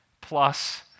plus